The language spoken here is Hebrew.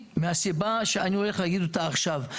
מהסיבה שאני הולך להגיד אותה עכשיו.